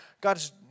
God's